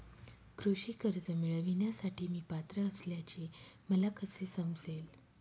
कृषी कर्ज मिळविण्यासाठी मी पात्र असल्याचे मला कसे समजेल?